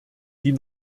die